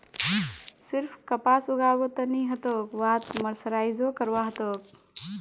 सिर्फ कपास उगाबो त नी ह तोक वहात मर्सराइजो करवा ह तोक